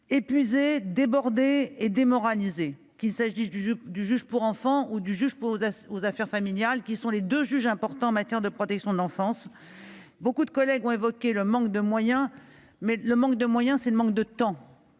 épuisé, débordé et démoralisé, qu'il s'agisse du juge des enfants ou du juge aux affaires familiales, qui sont les deux juges importants en matière de protection de l'enfance. Nombre de mes collègues ont évoqué le manque de moyens. Manquer de moyens signifie pour les